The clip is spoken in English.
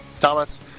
thomas